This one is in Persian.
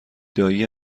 دایی